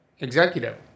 Executive